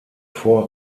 vor